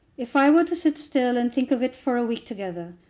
if i were to sit still, and think of it for a week together,